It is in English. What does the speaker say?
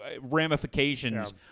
ramifications